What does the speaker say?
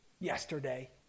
yesterday